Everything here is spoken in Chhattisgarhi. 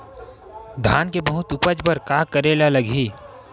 धान के बहुत उपज बर का करेला लगही?